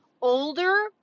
older